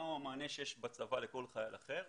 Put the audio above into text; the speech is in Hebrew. מה הוא המענה שיש בצבא לכל חייל אחר?